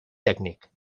tècnic